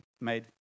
made